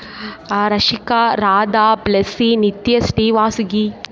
Rashika Radha Blessy Nithyasri Vasuki